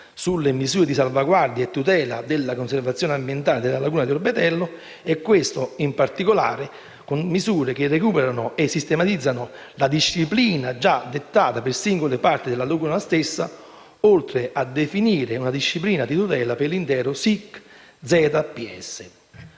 sulle misure di salvaguardia e tutela della conservazione ambientale della laguna di Orbetello e questo, in particolare, con misure che recuperano e sistematizzano la disciplina già dettata per singole parti della laguna stessa, oltre a definire una disciplina di tutela per l'intero Sito